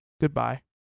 Goodbye